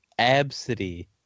Absidy